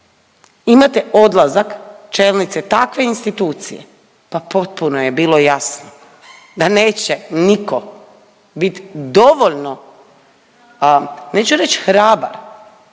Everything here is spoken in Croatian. imate odlazak čelnice takve institucije, pa potpuno je bilo jasno da neće nitko bit dovoljno, neću reći hrabar,